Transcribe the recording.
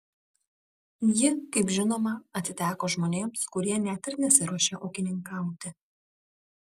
ji kaip žinoma atiteko žmonėms kurie net ir nesiruošia ūkininkauti